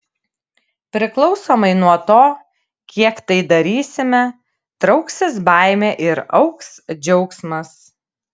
priklausomai nuo to kiek tai darysime trauksis baimė ir augs džiaugsmas